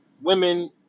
women